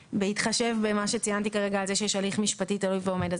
ובהתחשב במה שציינתי כרגע על זה שיש הליך משפטי תלוי ועומד,